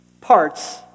parts